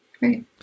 right